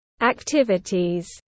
activities